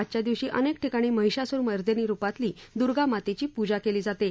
आजच्या दिवशी अनेक ठिकाणी महिषासूर मर्दिनी रुपातील दर्गामातेची पूजा केली जाते